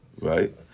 Right